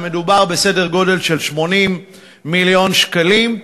ומדובר בסדר גודל של 80 מיליון שקלים,